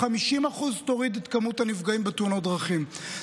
היא תוריד את כמות הנפגעים בתאונות דרכים ב-50%.